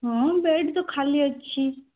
ହଁ ବେଡ଼୍ ତ ଖାଲି ଅଛି